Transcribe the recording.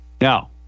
Now